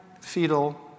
fetal